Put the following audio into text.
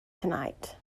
tonight